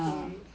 oh okay